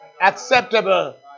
acceptable